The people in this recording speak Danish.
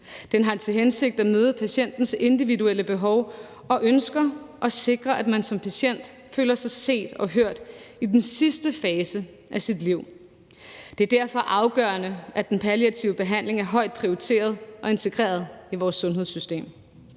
Den har til hensigt at møde patientens individuelle behov og ønsker og sikre, at man som patient føler sig set og hørt i den sidste fase af sit liv. Det er derfor afgørende, at den palliative behandling er højt prioriteret og integreret i vores sundhedssystem,